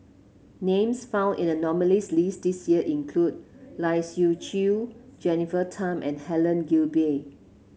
names found in the nominees' list this year include Lai Siu Chiu Jennifer Tham and Helen Gilbey